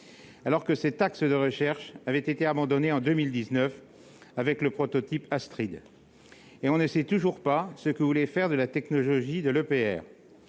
alors que cet axe de recherche avait été abandonné en 2019 avec le prototype Astrid. Et l'on ne sait toujours pas ce que vous voulez faire de la technologie de l'EPR